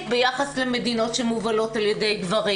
ביחס למדינות שמובלות על ידי גברים.